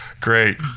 Great